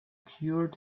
cure